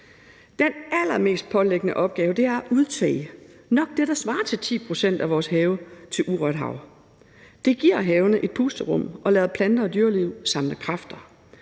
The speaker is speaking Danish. Den allermest påtrængende opgave er at udtage det, der nok svarer til 10 pct. af vores have, til urørt hav. Det giver havene et pusterum og lader planter og dyreliv samle kræfter.